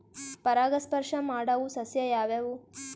ಪರಾಗಸ್ಪರ್ಶ ಮಾಡಾವು ಸಸ್ಯ ಯಾವ್ಯಾವು?